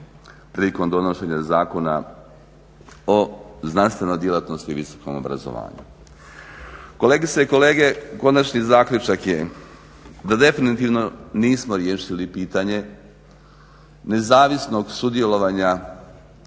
prilikom donošenje Zakona o znanstvenoj djelatnosti i visokom obrazovanju. Kolegice i kolege, konačni zaključak je da definitivno nismo riješili pitanje nezavisnog sudjelovanja